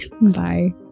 Bye